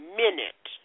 minute